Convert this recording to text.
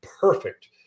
perfect